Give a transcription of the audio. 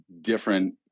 different